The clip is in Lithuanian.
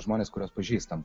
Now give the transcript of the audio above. žmonės kuriuos pažįstam